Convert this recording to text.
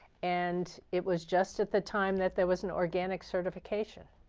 and it was just at the time that there was an organic certification.